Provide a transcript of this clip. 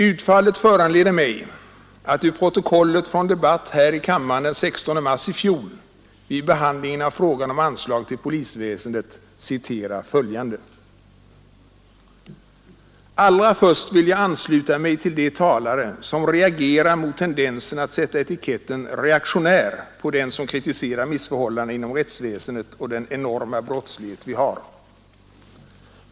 Utfallet föranleder mig att ur protokollet från debatten här i kammaren den 16 mars i fjol vid behandlingen av frågan om anslag till polisväsendet citera följande: ”Allra först vill jag ansluta mig till de talare som reagerar mot tendensen att sätta etiketten ”reaktionär på den som kritiserar missförhållandena inom rättsväsendet och den enorma brottslighet vi har.